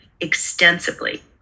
extensively